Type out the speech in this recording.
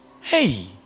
Hey